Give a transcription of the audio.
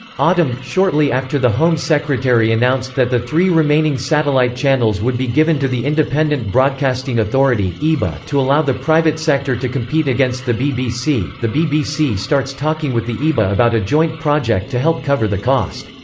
autumn shortly after the home secretary announced that the three remaining satellite channels would be given to the independent broadcasting authority to allow the private sector to compete against the bbc, the bbc starts talking with the iba about a joint project to help cover the cost.